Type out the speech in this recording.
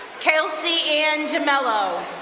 kelsey anne demelo.